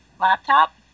laptop